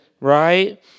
right